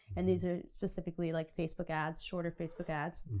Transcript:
and these are specifically like facebook ads, shorter facebook ads.